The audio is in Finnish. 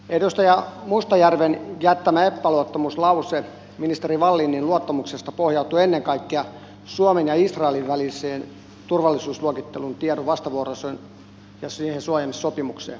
edustaja mustajärven jättämä epäluottamuslause ministeri wallinin luottamuksesta pohjautuu ennen kaikkea suomen ja israelin välisen turvallisuusluokitellun tiedon vastavuoroisuutta ja sen suojaamista koskevaan sopimukseen